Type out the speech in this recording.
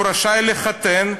הוא רשאי לחתן,